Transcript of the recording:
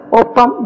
opam